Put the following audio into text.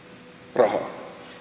rahaa